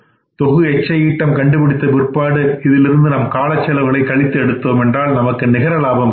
cross profit கண்டுபிடித்த பிற்பாடு இதிலிருந்து நாம் காலச்செலவுகளை கழித்து எடுத்தோம் என்றால் நமக்கு நிகர லாபம் கிட்டும்